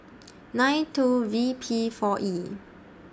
nine two V P four E